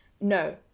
no